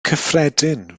cyffredin